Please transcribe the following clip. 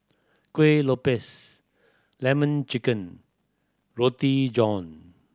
Kueh Lopes Lemon Chicken Roti John